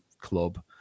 club